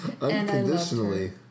unconditionally